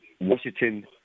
Washington